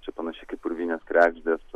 čia panašiai kaip urvinės kregždės